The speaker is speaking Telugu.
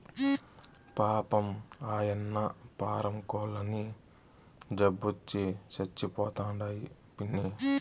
పాపం, ఆయన్న పారం కోల్లన్నీ జబ్బొచ్చి సచ్చిపోతండాయి పిన్నీ